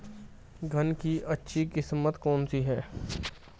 धान की अच्छी किस्म कौन सी है?